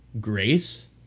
grace